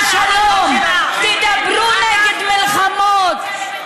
תזקפו קומה, תתנהגו כמו אופוזיציה.